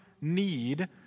need